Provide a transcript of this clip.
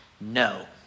no